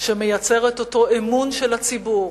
שמייצר את אותו אמון של הציבור